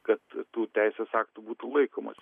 kad tų teisės aktų būtų laikomasi